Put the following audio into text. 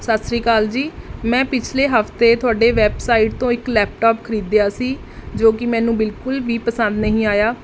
ਸਤਿ ਸ਼੍ਰੀ ਅਕਾਲ ਜੀ ਮੈਂ ਪਿਛਲੇ ਹਫਤੇ ਤੁਹਾਡੇ ਵੈੱਬਸਾਈਟ ਤੋਂ ਇੱਕ ਲੈਪਟਾਪ ਖਰੀਦਿਆ ਸੀ ਜੋ ਕਿ ਮੈਨੂੰ ਬਿਲਕੁਲ ਵੀ ਪਸੰਦ ਨਹੀਂ ਆਇਆ